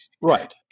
Right